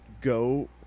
go